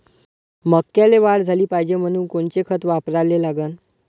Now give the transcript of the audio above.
मक्याले वाढ झाली पाहिजे म्हनून कोनचे खतं वापराले लागन?